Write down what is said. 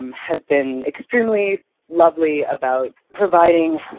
um has been extremely lovely about providing